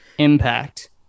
impact